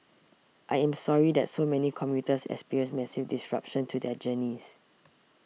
I am sorry that so many commuters experienced massive disruptions to their journeys